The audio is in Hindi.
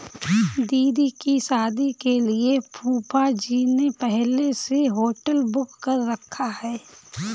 दीदी की शादी के लिए फूफाजी ने पहले से होटल बुक कर रखा है